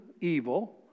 evil